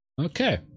Okay